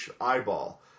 eyeball